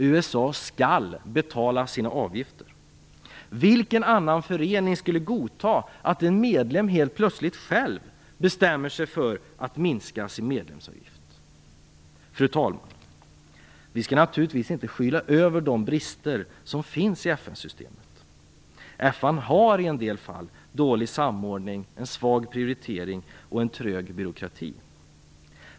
USA skall betala sin avgifter. Vilken annan förening skulle godta att en medlem helt plötsligt själv bestämde sig för att minska sin medlemsavgift? Fru talman! Vi skall naturligtvis inte skyla över de brister som finns i FN-systemet. FN har i en del fall dålig samordning, svag prioritering och en trög byråkrati.